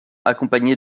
accompagnés